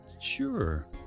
Sure